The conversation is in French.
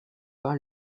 pas